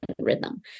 rhythm